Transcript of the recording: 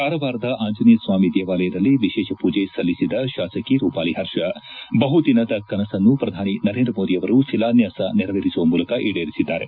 ಕಾರವಾರದ ಆಂಜನೇಯ ಸ್ವಾಮಿ ದೇವಾಲಯದಲ್ಲಿ ವಿಶೇಷ ಪೂಜೆ ಸಲ್ಲಿಸಿದ ಶಾಸಕಿ ರೂಪಾಲಿ ಹರ್ಷ ಬಹು ದಿನದ ಕನಸನ್ನು ಪ್ರಧಾನಿ ನರೆಂದ್ರ ಮೋದಿಯವರು ಶಿಲಾನ್ಯಾಸ ನೆರವೇರಿಸುವ ಮೂಲಕ ಈಡೇರಿಸಿದ್ದಾರೆ